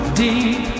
deep